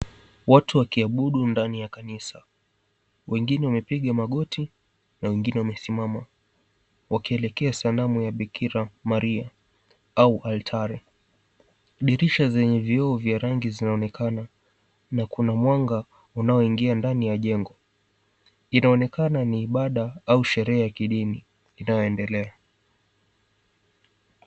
Watu wakiabudu ndani ya kanisa. Wengine wamepiga magoti na wengine wamesimama wakielekea sanamu ya bikira Maria au altari. Dirisha zenye vioo vya rangi zinaonekana na kuna mwanga unaoingia ndani ya jengo. Inaonekana ni ibada au sherehe ya kidini inayoendelea.